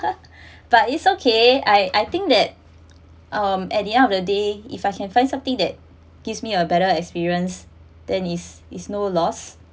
but is okay I I think that um at the end of the day if I can find something that gives me a better experience then is is no loss